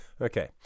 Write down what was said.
Okay